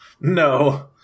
No